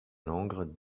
langres